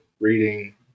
reading